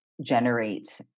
generate